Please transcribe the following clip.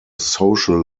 social